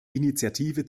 initiative